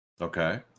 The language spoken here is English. Okay